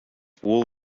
wool